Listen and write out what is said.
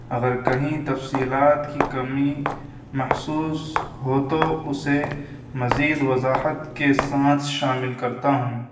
اگر کہیں تفصیلات کی کمی محسوس ہو تو اسے مزید وضاحت کے ساتھ شامل کرتا ہوں